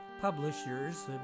publishers